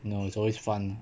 you know it's always fun